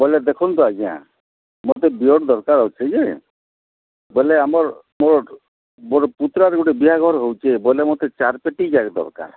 ବୋଇଲେ ଦେଖନ୍ତୁ ଆଜ୍ଞା ମୋତେ ବିଅର୍ ଦରକାର ଅଛି ଯେ ବୋଇଲେ ଆମର୍ ମୋର୍ ମୋର ପୁତୁରାର ଗୁଟେ ବିହାଘର ହେଉଛି ବୋଇଲେ ମୋତେ ଚାରିପେଟି ଯାକେ ଦରକାର